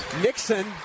Nixon